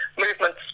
movements